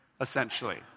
essentially